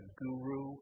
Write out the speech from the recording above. guru